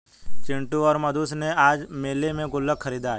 चिंटू और मधु ने आज मेले में गुल्लक खरीदा है